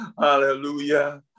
hallelujah